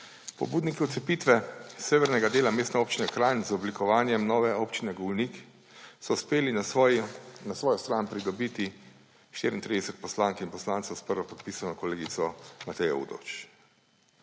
Pobudniki odcepitve severnega dela Mestne občine Kranj z oblikovanjem nove Občine Golnik so uspeli na svojo stran pridobiti 34 poslank in poslancev s prvopodpisano kolegico Matejo Udovč.